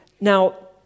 Now